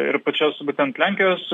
ir pačios būtent lenkijos